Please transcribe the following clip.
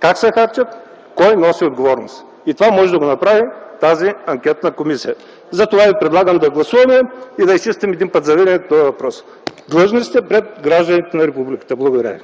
как се харчат и кой носи отговорност? Това може да го направи тази анкетна комисия. Затова ви предлагам да гласуваме и да изчистим един път завинаги този въпрос. Длъжни сте пред гражданите на републиката. Благодаря